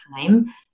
time